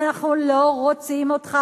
אנחנו לא רוצים אותך,